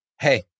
hey